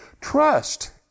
trust